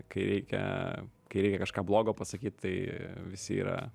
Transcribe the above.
kai reikia kai reikia kažką blogo pasakyt tai visi yra